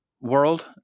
world